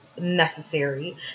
necessary